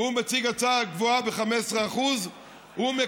והוא מציג הצעה גבוהה ב-15% כן,